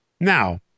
Now